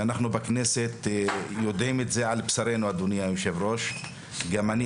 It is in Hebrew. ואנחנו בכנסת יודעים את זה על בשרנו גם אני